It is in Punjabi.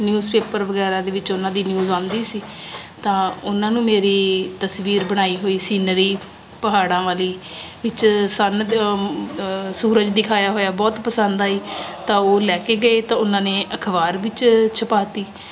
ਨਿਊਜ਼ਪੇਪਰ ਵਗੈਰਾ ਦੇ ਵਿੱਚ ਉਹਨਾਂ ਦੀ ਨਿਊਜ਼ ਆਉਂਦੀ ਸੀ ਤਾਂ ਉਹਨਾਂ ਨੂੰ ਮੇਰੀ ਤਸਵੀਰ ਬਣਾਈ ਹੋਈ ਸੀਨਰੀ ਪਹਾੜਾਂ ਵਾਲੀ ਵਿੱਚ ਸਨ ਸੂਰਜ ਦਿਖਾਇਆ ਹੋਇਆ ਬਹੁਤ ਪਸੰਦ ਆਈ ਤਾਂ ਉਹ ਲੈ ਕੇ ਗਏ ਤਾਂ ਉਹਨਾਂ ਨੇ ਅਖਬਾਰ ਵਿੱਚ ਛਪਾ ਤੀ